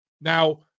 Now